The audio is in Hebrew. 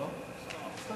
מה שהולך שם.